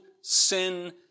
sin